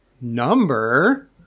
number